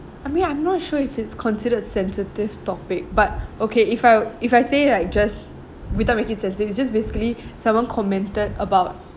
mean I'm not sure if it's considered sensitive topic but okay if I if I say like just without really sensitive it's just basically someone commented about